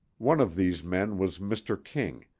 one of these men was mr. king,